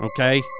Okay